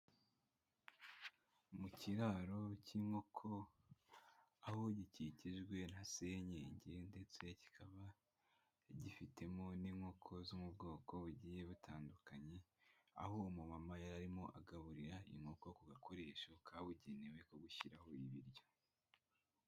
Mu kiraro k'inkoko, aho gikikijwe na senyege ndetse kikaba gifitemo n'inkoko zo mu bwoko bugiye butandukanye, aho uwo mumama yari arimo agaburira inkoko ku gakoresho kabugenewe ko gushyiraho ibiryo.